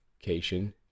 education